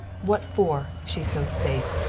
what for, if she's so safe?